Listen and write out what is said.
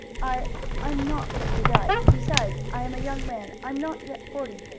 i i am not fit to die. besides, i am a young man. i am not yet forty.